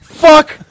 fuck